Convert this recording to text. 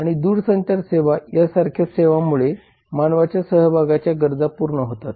आणि दूरसंचार सेवा यां सारख्या सेवांमुळे मानवाच्या सहभागाच्या गरजा पूर्ण होतात